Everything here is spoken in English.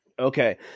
Okay